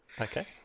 Okay